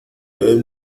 ven